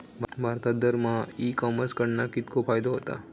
भारतात दरमहा e commerce कडणा कितको फायदो होता?